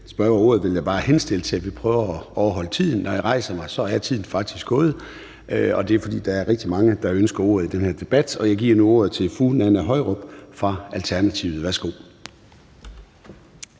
spørger ordet, vil jeg bare henstille til, at vi prøver at overholde tiden. Når jeg rejser mig, er tiden faktisk gået. Det er, fordi der er rigtig mange, der ønsker ordet i den her debat. Jeg giver nu ordet til fru Nanna Høyrup fra Alternativet. Værsgo.